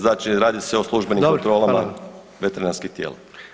Znači radi se o službenim kontrolama [[Upadica: Dobro, hvala vam.]] veterinarskih tijela.